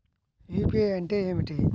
UPI అంటే ఏమిటీ?